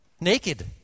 naked